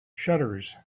shutters